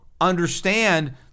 understand